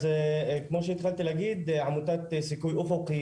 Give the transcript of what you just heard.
אז כמו שהתחלתי להגיד עמותת סיכוי אופוק היא